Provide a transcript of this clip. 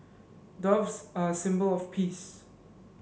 doves are symbol of peace